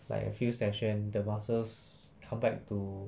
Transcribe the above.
like a few sessions the muscles come back to